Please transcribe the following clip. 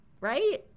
right